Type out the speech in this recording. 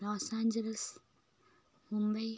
Los Angeles Mumbai